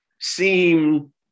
seem